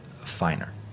finer